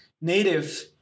native